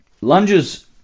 Lunges